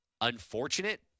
unfortunate